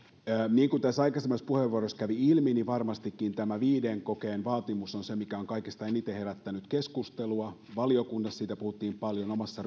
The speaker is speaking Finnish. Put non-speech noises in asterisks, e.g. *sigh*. niin kuin tässä aikaisemmissa puheenvuoroissa kävi ilmi varmastikin tämä viiden kokeen vaatimus on se mikä on kaikista eniten herättänyt keskustelua valiokunnassa siitä puhuttiin paljon omassa *unintelligible*